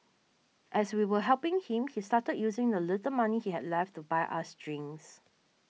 as we were helping him he started using the little money he had left to buy us drinks